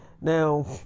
Now